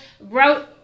wrote